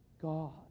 God